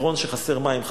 כשחסר מים בחברון,